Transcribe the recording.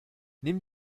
nimm